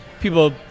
people